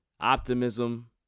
Optimism